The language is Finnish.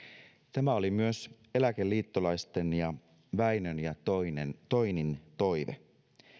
tämä oli myös eläkeliittolaisten ja väinön ja toinin toive